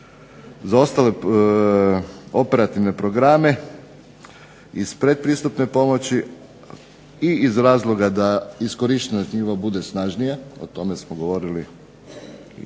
za ostale operativne programe iz predpristupne pomoći i iz razloga da iskorištenost njihova bude snažnija, o tome smo govorili i